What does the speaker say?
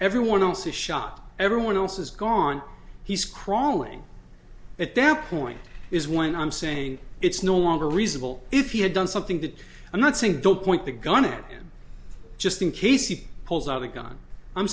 everyone else is shot everyone else is gone he's crawling it down point is when i'm saying it's no longer reasonable if he had done something that i'm not saying don't point the gun it just in case he pulls out a gun i'm